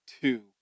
two